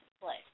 play